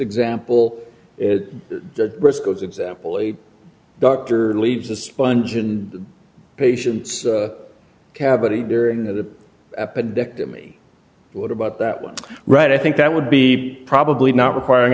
example is the risk of example a doctor leaves a sponge and patients cavity during the epidemic to me what about that one right i think that would be probably not requiring